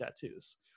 tattoos